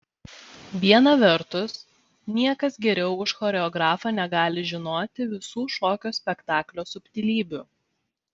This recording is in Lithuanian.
viena vertus niekas geriau už choreografą negali žinoti visų šokio spektaklio subtilybių